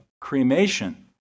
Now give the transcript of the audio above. cremation